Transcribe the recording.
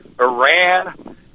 iran